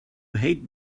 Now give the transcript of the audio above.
hate